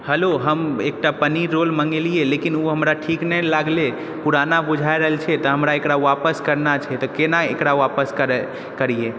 hello हम एकटा paneer roll मँगेलिए लेकिन ओ हमरा ठीक नहि लागले पुराना बुझा रहल छै तऽ हमरा एकरा आपस करना छै तऽ केना एकरा आपस करय करिए